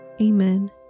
Amen